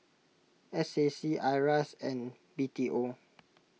S A C Iras and B T O